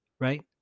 Right